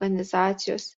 organizacijos